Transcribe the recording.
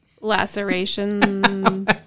laceration